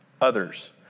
others